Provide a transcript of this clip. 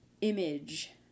image